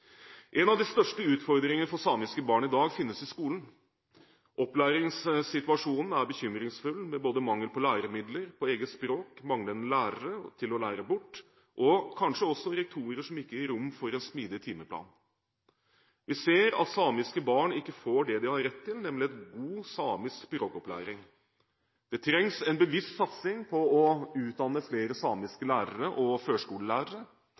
En av de største utfordringene for samiske barn i dag finnes i skolen. Opplæringssituasjonen er bekymringsfull, med både mangel på læremidler på eget språk, manglende lærere til å lære bort og kanskje også rektorer som ikke gir rom for en smidig timeplan. Vi ser at samiske barn ikke får det de har rett til, nemlig en god samisk språkopplæring. Det trengs en bevisst satsing på å utdanne flere samiske lærere og førskolelærere,